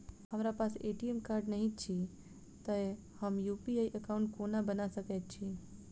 हमरा पास ATM card नहि अछि तए हम यु.पी.आई एकॉउन्ट कोना बना सकैत छी